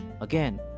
Again